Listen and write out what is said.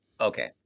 Okay